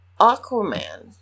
Aquaman